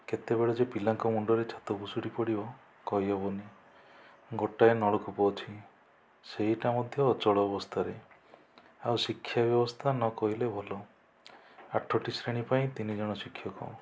କେତେବେଳେ ଯେ ପିଲାଙ୍କ ମୁଣ୍ଡରେ ଛାତ ଭୁଷୁଡ଼ି ପଡ଼ିବ କହିହେବନି ଗୋଟାଏ ନଳକୂପ ଅଛି ସେଇଟା ମଧ୍ୟ ଅଚଳ ଅବସ୍ଥାରେ ଆଉ ଶିକ୍ଷା ବ୍ୟବସ୍ଥା ନକହିଲେ ଭଲ ଆଠଟି ଶ୍ରେଣୀ ପାଇଁ ତିନି ଜଣ ଶିକ୍ଷକ